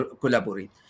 collaborate